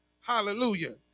hallelujah